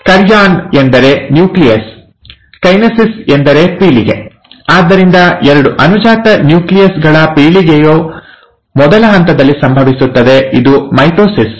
karyon ಎಂದರೆ nucleus kinesis ಎಂದರೆ ಪೀಳಿಗೆ ಆದ್ದರಿಂದ ಎರಡು ಅನುಜಾತ ನ್ಯೂಕ್ಲಿಯಸ್ ಗಳ ಪೀಳಿಗೆಯು ಮೊದಲ ಹಂತದಲ್ಲಿ ಸಂಭವಿಸುತ್ತದೆ ಇದು ಮೈಟೋಸಿಸ್